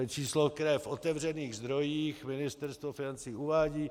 To je číslo, které v otevřených zdrojích Ministerstvo financí uvádí.